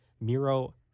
Miro